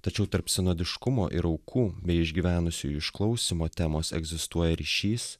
tačiau tarp sinodiškumo ir aukų bei išgyvenusiųjų išklausymo temos egzistuoja ryšys